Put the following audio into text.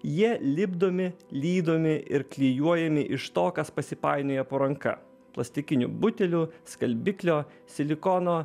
jie lipdomi lydomi ir klijuojami iš to kas pasipainiojo po ranka plastikiniu buteliu skalbiklio silikono